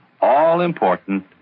all-important